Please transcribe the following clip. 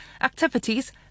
activities